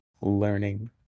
learning